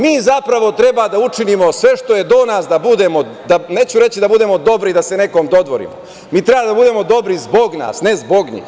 Mi zapravo treba da učinimo sve što je do nas da budemo, neću reći da budemo dobri da se nekome dodvorimo, mi treba da budemo dobri zbog nas, ne zbog njih.